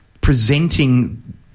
presenting